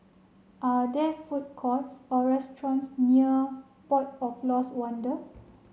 are there food courts or restaurants near Port of Lost Wonder